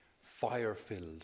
fire-filled